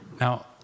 Now